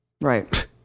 Right